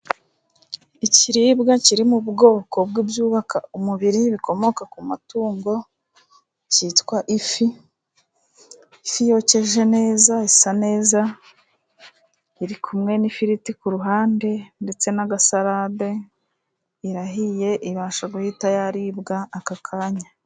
Ikiribwa kiri mu bwoko bw'ibyubaka umubiri bikomoka ku matungo cyitwa ifi. Ifi yokeje neza isa neza iri kumwe n'ifiriti ku ruhande ndetse n'agasarade, irahiye ibasha guhita yaribwa aka kanya.